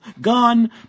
gone